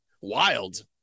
wild